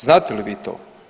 Znate li vi to?